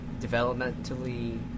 developmentally